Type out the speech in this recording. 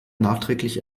nachträglich